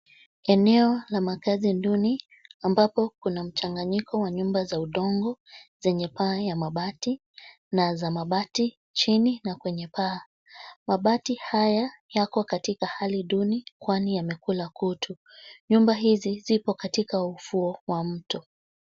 Eneo la makazi duni ambapo kuna mchanganyiko wa nyumba za udongo zenye paa ya mabati na za mabati nchini na kwenye paa. Mabati haya yako katika hali duni kwani yamekula kutu. Nyumba hizi zipo katika ufuo wa mto.